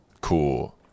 Cool